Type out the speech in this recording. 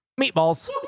meatballs